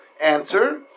answer